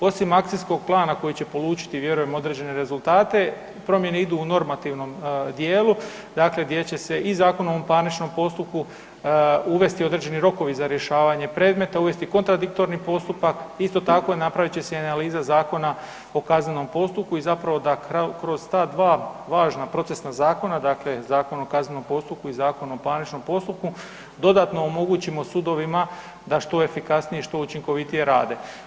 Osim akcijskog plana koji će polučiti vjerujem određene rezultate, promjene idu u normativnom dijelu, dakle gdje će se i Zakonom o parničnom postupku uvesti određeni rokovi za rješavanje predmeta, uvesti kontradiktorni postupak, isto tako napravit će se i analiza Zakona o kaznenom postupku i zapravo da kroz ta dva važna procesna zakona, dakle Zakon o kaznenom postupku i Zakon o parničnom postupku, dodatno omogućimo sudovima da što efikasnije i što učinkovitije rade.